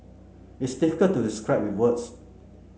it's difficult to describe with words